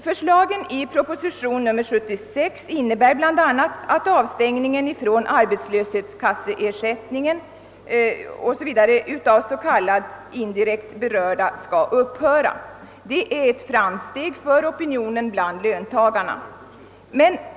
Förslagen i proposition nr 76 innebär bl.a. att avstängningen från arbetslöshetskasseersättning o. s. v. av s.k. indirekt berörda skall upphöra. Det är ett framsteg för opinionen bland löntagarna.